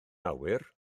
awyr